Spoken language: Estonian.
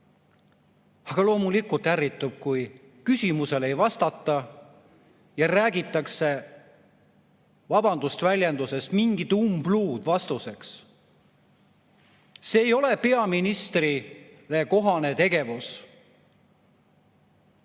Aga loomulikult sa ärritud, kui küsimusele ei vastata ja räägitakse – vabandust väljenduse eest! – mingit umbluud vastuseks. See ei ole peaministrile kohane tegevus.